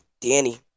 Danny